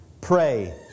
Pray